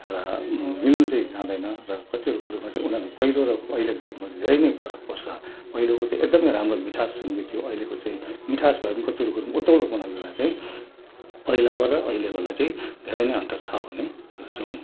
एउटा चाहिँ जाँदैन र कतिवटा कुरोमा चाहिँ उनीहरू पहिलो र अहिलेको गीतमा चाहिँ धेरै नै फरक पर्छ पहिलाको त एकदम राम्रो मिठास सङ्गीत थियो अहिलेको चाहिँ मिठास भए पनि कतिवटा कुरोमा उत्ताउलोपनको हुँदा चाहिँ पहिलाको र अहिलेकोलाई चैँ धेरै नै अन्तर छ भन्ने गर्छौँ